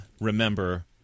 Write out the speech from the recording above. remember